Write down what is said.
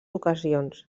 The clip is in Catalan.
ocasions